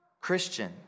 Christian